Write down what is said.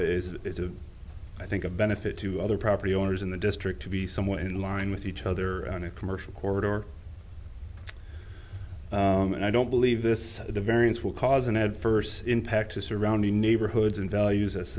is i think a benefit to other property owners in the district to be somewhat in line with each other on a commercial corridor and i don't believe this the variance will cause an adverse impact to surrounding neighborhoods and values as